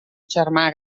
germà